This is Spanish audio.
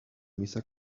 misa